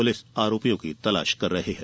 police आरोपियों की तलाश कर रही है